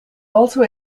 also